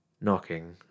knocking